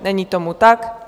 Není tomu tak.